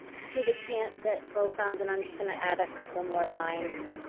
to the cant that beau found, and i'm just going to add a couple more lines.